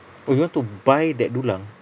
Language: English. oh you want to buy that dulang